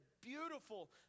beautiful